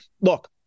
look